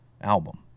album